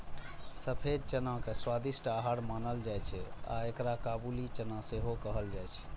सफेद चना के स्वादिष्ट आहार मानल जाइ छै आ एकरा काबुली चना सेहो कहल जाइ छै